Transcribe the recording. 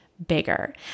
Bigger